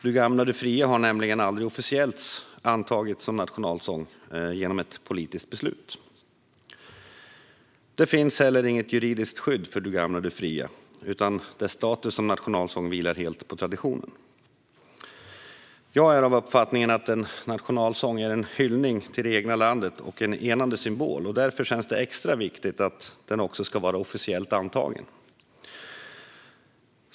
Du gamla, du fria har nämligen aldrig officiellt antagits som nationalsång genom ett politiskt beslut. Det finns heller inget juridiskt skydd för Du gamla, du fria , utan dess status som nationalsång vilar helt på traditionen. Jag är av den uppfattningen att en nationalsång är en hyllning till det egna landet och en enande symbol, och därför känns det extra viktigt att den också ska vara officiellt antagen.